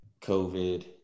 COVID